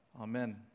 Amen